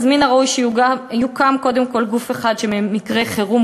מן הראוי שיוקם קודם כול גוף אחד שבמקרי חירום